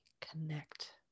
connect